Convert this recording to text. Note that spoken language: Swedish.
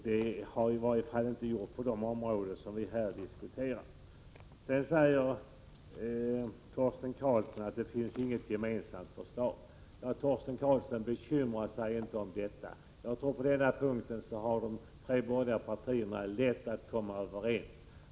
Det har i varje fall inte skett på de områden vi nu diskuterar. Torsten Karlsson säger vidare att det inte finns något gemensamt borgerligt förslag. Jag anser att Torsten Karlsson inte skall bekymra sig över detta. På den här punkten har de tre borgerliga partierna lätt att komma överens.